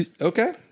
Okay